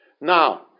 now